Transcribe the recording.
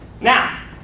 now